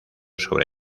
sobre